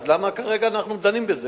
אז למה כרגע אנחנו דנים בזה?